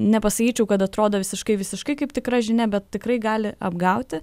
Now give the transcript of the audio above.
nepasakyčiau kad atrodo visiškai visiškai kaip tikra žinia bet tikrai gali apgauti